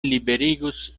liberigus